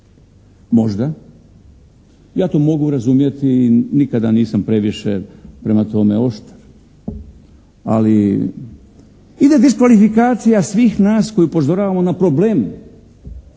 Možda ja to mogu razumjeti, nikada nisam previše prema tome oštar, ali ide diskvalifikacija svih nas koji upozoravamo na problem